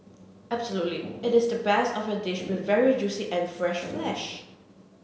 absolutely it is the best of your dish with very juicy and fresh flesh